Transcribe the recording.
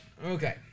Okay